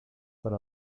para